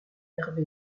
hervé